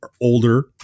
older